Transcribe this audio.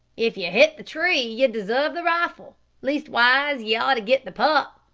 if ye hit the tree ye desarve the rifle leastwise ye ought to get the pup.